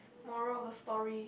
moral of the story